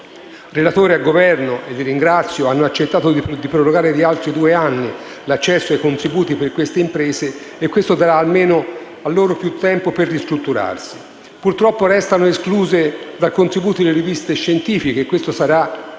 Relatore e Governo - e di ciò li ringrazio - hanno accettato di prorogare di altri due anni l'accesso ai contributi per queste imprese, e questo almeno darà loro più tempo per ristrutturarsi. Purtroppo, restano escluse dai contributi le riviste scientifiche, e questo resterà un